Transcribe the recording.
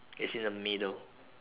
it's in the middle